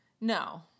No